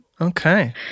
okay